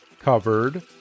covered